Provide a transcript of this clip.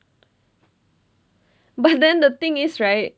but then the thing is right